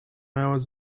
hours